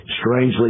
strangely